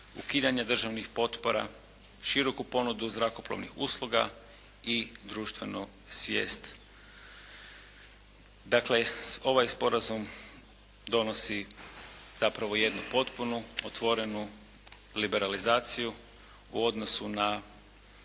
Ukidanje državnih potpora, široku ponudu zrakoplovnih usluga i društvenu svijest. Dakle ovaj sporazum donosi zapravo jednu potpunu, otvorenu liberalizaciju u odnosu na